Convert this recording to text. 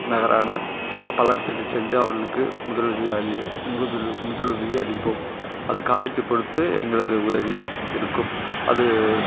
நகரான பல்லடத்துக்கு சென்று அவர்களுக்கு முதலுதவி அளி முதலு முதலுதவி அளிப்போம் அது காயத்தை பொறுத்து எங்களது உதவி இருக்கும் அது